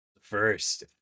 First